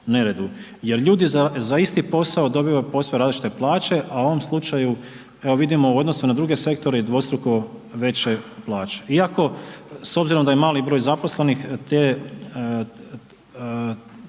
jer ljudi za isti posao dobivaju posve različite plaće, a u ovom slučaju evo vidimo u odnosu na druge sektore i dvostruko veće plaće, iako s obzirom da je mali broj zaposlenih ti